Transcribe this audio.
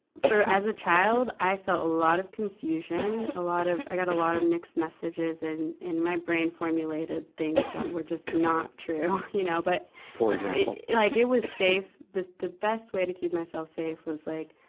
for, as a child, i felt a lot of confusion, a lot of, i got a lot of mixed messages. and, and my brain formulated things that were just not true, you know. but for example? like, it was safe. the, the best way to keep myself safe was like,